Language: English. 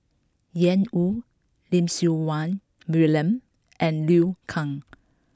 Ian Woo Lim Siew Wai William and Liu Kang